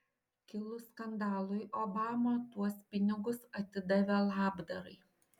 kilus skandalui obama tuos pinigus atidavė labdarai